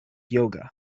yoga